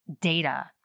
data